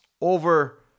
over